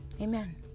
Amen